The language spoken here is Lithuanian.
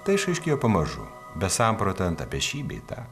tai išaiškėjo pamažu besamprotaujant apie šį bei tą